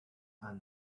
and